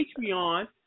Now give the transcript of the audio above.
Patreon